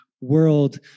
world